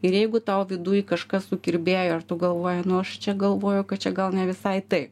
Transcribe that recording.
ir jeigu tau viduj kažkas sukirbėjo ir tu galvoji nu aš čia galvoju kad čia gal ne visai taip